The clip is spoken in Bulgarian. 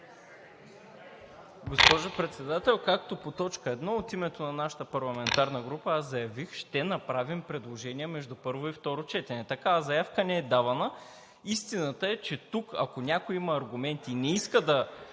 Госпожо Председател, както по т. 1 от името на нашата парламентарна група заявих, ще направим предложения между първо и второ четене. Такава заявка не е давана. Истината е, че тук ако някой има аргументи и не иска да